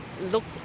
looked